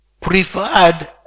preferred